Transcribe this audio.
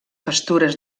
pastures